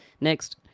Next